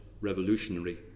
revolutionary